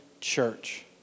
church